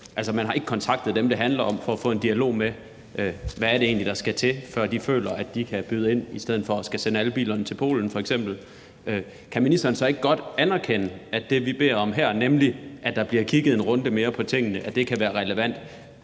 altså ikke kontaktet dem, det handler om, for at få en dialog om, hvad det egentlig er, der skal til, for at de føler, at de kan byde ind i stedet for at skulle sende alle bilerne til f.eks. Polen. Kan ministeren så ikke godt anerkende, at det, vi beder om her, nemlig at der bliver kigget en runde mere på tingene, kan være relevant?